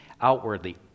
outwardly